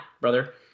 brother